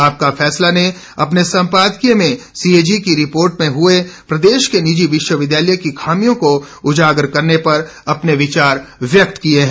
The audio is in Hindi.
आपका फैसला ने अपने सम्पादकीय में सीएजी की रिपोर्ट में हुए प्रदेश के निजी विश्वविद्यालय की खामियों को उजागर करने पर अपने विचार व्यक्त किये हैं